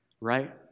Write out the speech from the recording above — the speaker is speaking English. right